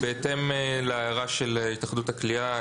בהתאם להערה של התאחדות הקליעה,